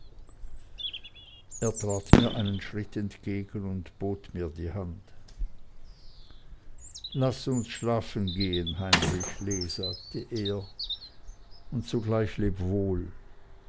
er trat mir einen schritt entgegen und bot mir die hand laß uns schlafen gehen heinrich lee sagte er und zugleich leb wohl